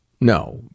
No